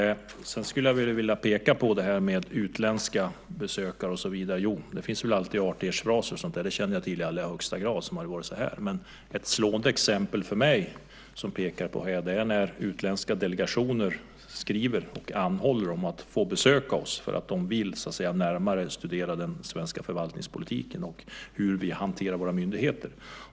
Sedan skulle jag vilja peka på det som sades om utländska besökare och så vidare. Ja, det förekommer väl alltid artighetsfraser och sådant. Jag känner i allra högsta grad till detta. Ett slående exempel är dock när utländska delegationer skriver och anhåller om att få besöka oss för att de vill studera den svenska förvaltningspolitiken närmare och se hur vi hanterar våra myndigheter.